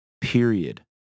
period